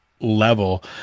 level